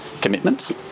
commitments